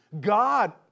God